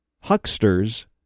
hucksters